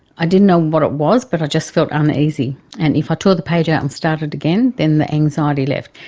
i didn't know what it was but i just felt uneasy. and if i tore the page out and started again then the anxiety left.